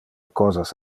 cosas